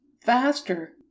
faster